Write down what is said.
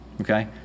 Okay